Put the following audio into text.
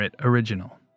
original